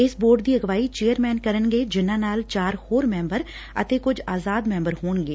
ਇਸ ਬੋਰਡ ਦੀ ਅਗਵਾਈ ਚੇਅਰਸੈਨ ਕਰਨਗੇ ਜਿਨ੍ਹਾਂ ਨਲ ਚਾਰ ਹੋਰ ਮੈਂਬਰ ਅਤੇ ਕੁਝ ਆਜਾਦ ਸੈਂਬਰ ਹੋਣਗੇ